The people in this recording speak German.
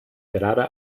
gerade